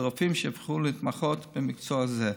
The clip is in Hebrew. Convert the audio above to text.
לרופאים שיבחרו להתמחות במקצוע זה.